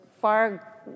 far